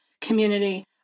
community